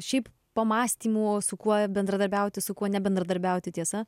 šiaip pamąstymų su kuo bendradarbiauti su kuo nebendradarbiauti tiesa